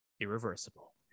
irreversible